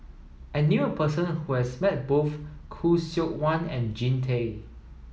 I knew a person who has met both Khoo Seok Wan and Jean Tay